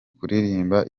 kuririmba